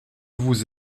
vous